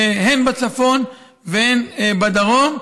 הן בצפון והן בדרום.